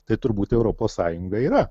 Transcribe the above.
tai turbūt europos sąjunga yra